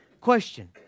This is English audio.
Question